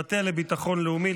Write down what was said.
המטה לביטחון לאומי,